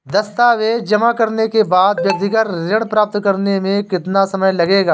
दस्तावेज़ जमा करने के बाद व्यक्तिगत ऋण प्राप्त करने में कितना समय लगेगा?